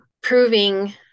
proving